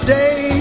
day